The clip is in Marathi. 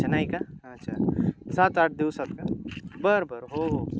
अच्छा नाही का अच्छा सात आठ दिवसात का बरं बरं हो हो